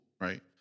right